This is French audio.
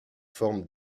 forme